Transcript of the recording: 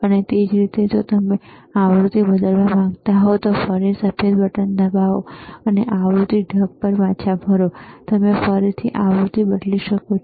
અને એ જ રીતે જો તમે આવૃતિ બદલવા માંગતા હો તો ફરીથી સફેદ બટન દબાવો અને તમે આવૃતિ ઢબ પર પાછા ફરો છો ફરીથી તમે આવૃતિ બદલી શકો છો